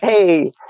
Hey